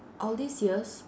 all these years